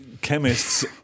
chemists